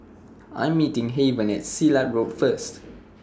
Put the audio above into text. I'm meeting Heaven At Silat Road First